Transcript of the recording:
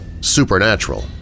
supernatural